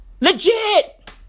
Legit